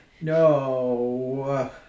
No